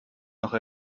noch